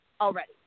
already